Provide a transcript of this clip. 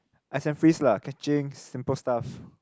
ice and freeze lah catching simple stuff